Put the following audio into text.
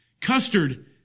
Custard